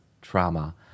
trauma